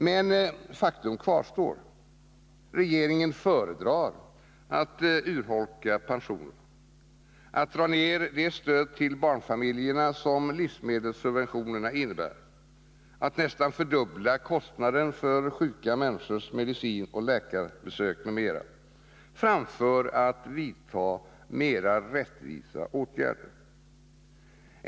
Men faktum kvarstår — regeringen föredrar att urholka pensionerna, att dra ned det stöd till barnfamiljerna som livsmedelssubventionerna innebär, att nästan fördubbla kostnaderna för sjuka människors mediciner och läkarbesök m.m., framför att vidta mer rättvisa åtgärder.